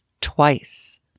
twice